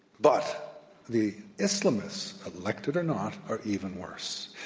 but the islamists, elected or not, are even worse.